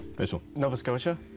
so nova scotia.